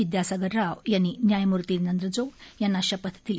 विद्यासागर राव यांनी न्यायमूर्ती नंद्रजोग यांना शपथ दिली